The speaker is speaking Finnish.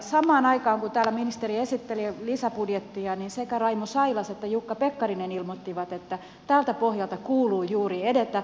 samaan aikaan kun täällä ministeri esitteli lisäbudjettia sekä raimo sailas että jukka pekkarinen ilmoittivat että juuri tältä pohjalta kuuluu edetä